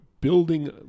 building